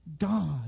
God